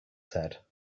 said